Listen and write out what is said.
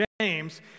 James